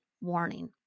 warning